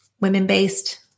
women-based